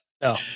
No